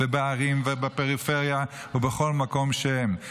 בערים ובפריפריה ובכל מקום שהם.